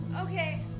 Okay